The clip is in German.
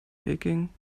peking